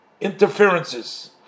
interferences